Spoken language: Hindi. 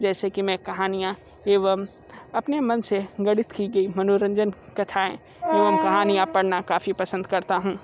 जैसे कि मैं कहानियाँ एवं अपने मन से गढ़ंत की गईं मनोरंजन कथाएं और कहानियाँ पढ़ना काफ़ी पसंद करता हूँ